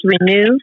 renew